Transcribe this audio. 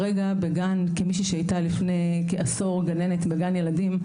כמי שהייתה לפני כעשור גננת בגן ילדים,